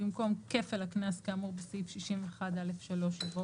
במקום "כפל הקנס כאמור בסעיף 61(א)(3)" יבוא